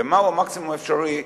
ומהו המקסימום האפשרי?